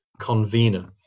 convener